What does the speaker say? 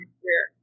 career